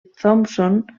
thompson